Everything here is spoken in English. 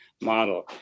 model